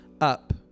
up